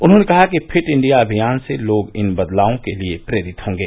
उन्होंने कहा कि फिट इंडिया अभियान से लोग इन बदलावों के लिए प्रेरित होंगे